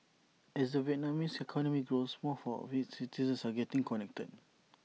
as the Vietnamese economy grows more of its citizens are getting connected